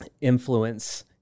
influence